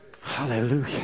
Hallelujah